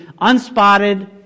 unspotted